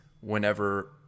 whenever